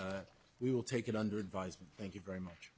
and we will take it under advisement thank you very much